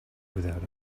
without